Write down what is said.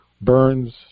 Burns